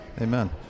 Amen